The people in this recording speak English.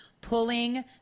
Pulling